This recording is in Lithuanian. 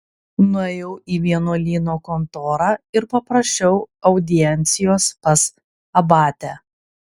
nuėjau į vienuolyno kontorą ir paprašiau audiencijos pas abatę